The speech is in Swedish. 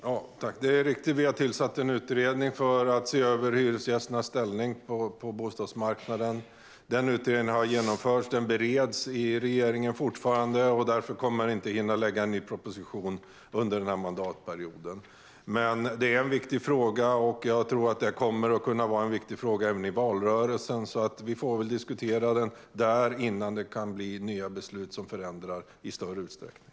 Fru talman! Det är riktigt att vi tillsatte en utredning för att se över hyresgästers ställning på bostadsmarknaden. Denna utredning har genomförts, den bereds fortfarande i regeringen, och därför kommer vi inte att hinna lägga fram en proposition under denna mandatperiod. Det är en viktig fråga, och jag tror att det kommer att vara en viktig fråga även i valrörelsen. Vi får diskutera den där innan det kan bli nya beslut som förändrar i större utsträckning.